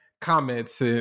comments